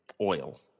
oil